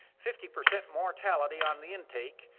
fifty percent mortality on the intake,